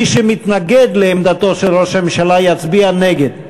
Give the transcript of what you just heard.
מי שמתנגד לעמדתו של ראש הממשלה יצביע נגד.